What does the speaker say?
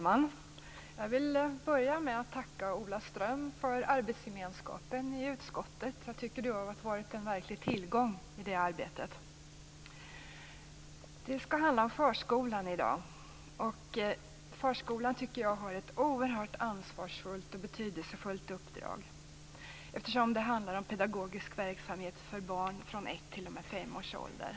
Fru talman! Jag vill börja med att tacka Ola Ström för arbetsgemenskapen i utskottet. Jag tycker att du har varit en verklig tillgång i det arbetet. Det skall handla om förskolan i dag. Jag tycker att förskolan har ett oerhört ansvarsfullt och betydelsefullt uppdrag. Det handlar ju om pedagogisk verksamhet för barn från ett t.o.m. fem års ålder.